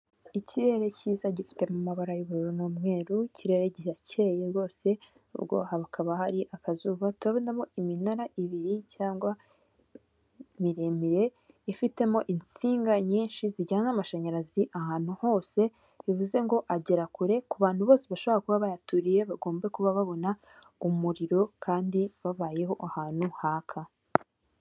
Ikirere cyiza gifite mu mabara y'ubururu n'umweruru, ikirere girakeye rwose, ubwo hakaba hari akazuba, turabonamo iminara ibiri cyangwa miremire ifitemo insinga nyinshi zijyana amashanyarazi ahantu hose, bivuze ngo agera kure ku bantu bose bashobora kuba bayaturiye bagombe kuba babona umuriro kandi babayeho ahantu haka.